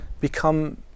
become